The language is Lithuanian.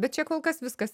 bet čia kol kas viskas